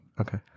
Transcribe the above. Okay